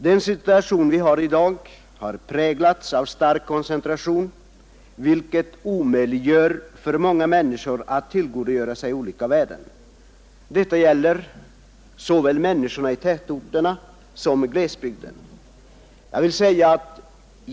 Den situation vi har i dag har präglats av stark koncentration, vilket omöjliggör för många människor att tillgodogöra sig olika värden. Detta gäller människorna i såväl tätorterna som glesbygden.